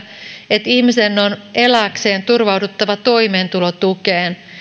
että ihmisen on elääkseen turvauduttava toimeentulotukeen